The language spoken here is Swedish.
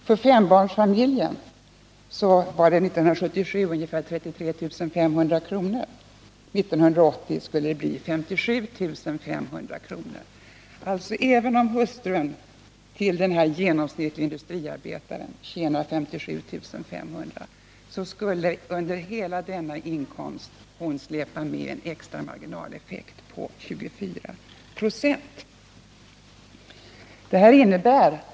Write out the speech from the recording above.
För fembarnsfamiljen var det år 1977 ungefär 34 500 kr., och 1980 skulle det bli 57 500 kr. Även om hustrun till den här genomsnittlige industriarbetaren tjänar 57 500 kr., skulle hon på hela denna inkomst släpa med en extra marginaleffekt på 24 ?6 jämfört med om hon stannade hemma.